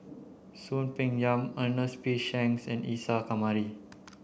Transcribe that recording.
Soon Peng Yam Ernest P Shanks and Isa Kamari